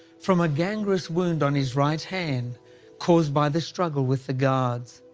from a gangrenous wound on his right hand caused by the struggle with the guards.